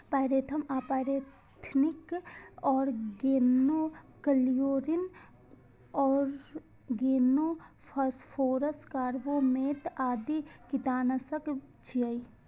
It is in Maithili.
पायरेथ्रम आ pyrethrin, organochlorine, organophosphorus, carbamate आदि कीटनाशक छियै